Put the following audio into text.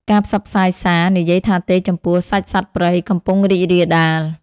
ការផ្សព្វផ្សាយសារ "និយាយថាទេចំពោះសាច់សត្វព្រៃ" កំពុងរីករាលដាល។